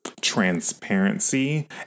transparency